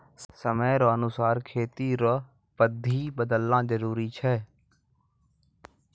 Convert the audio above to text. समय रो अनुसार खेती रो पद्धति बदलना जरुरी छै